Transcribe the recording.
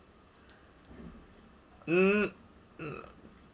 mm